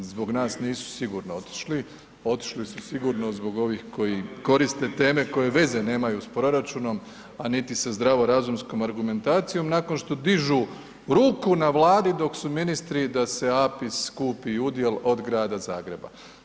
Zbog nas nisu sigurno otišli, otišli su sigurno zbog ovih koji koriste teme koje veze nemaju sa proračunom a niti sa zdravorazumskom argumentacijom nakon što dižu ruku na Vladi dok su ministri da se APIS kupi udjel od grada Zagreba.